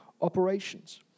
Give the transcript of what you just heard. operations